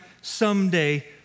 someday